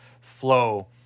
flow